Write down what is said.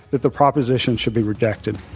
that the proposition should be redacted.